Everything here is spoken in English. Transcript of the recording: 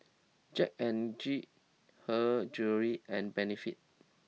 Jack N Jill Her Jewellery and Benefit